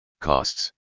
Costs